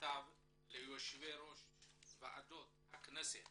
במכתב ליושבי ראש ועדות הכנסת